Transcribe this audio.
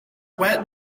wet